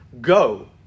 go